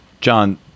john